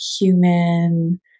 human